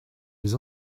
les